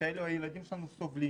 שאלה הילדים שלנו, סובלים